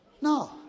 No